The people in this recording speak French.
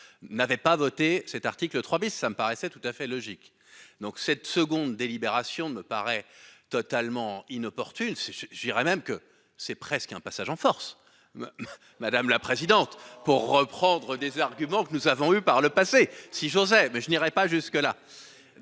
n'avaient pas voté cet article 3 bis. Ça me paraissait tout à fait logique donc cette seconde délibération ne me paraît totalement inopportune. C'est, je dirais même que c'est presque un passage en force. Madame la présidente, pour reprendre des arguments que nous avons eu par le passé. Si j'osais mais je n'irai pas jusque-là.